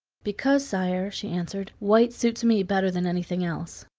because, sire, she answered, white suits me better than anything else.